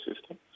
system